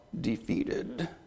defeated